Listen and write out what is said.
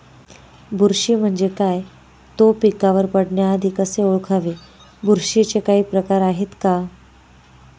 बुरशी म्हणजे काय? तो पिकावर पडण्याआधी कसे ओळखावे? बुरशीचे काही प्रकार आहेत का?